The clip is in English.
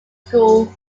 school